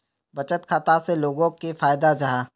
बचत खाता से लोगोक की फायदा जाहा?